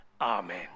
amen